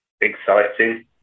exciting